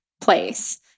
place